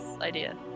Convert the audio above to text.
idea